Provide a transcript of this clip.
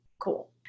cool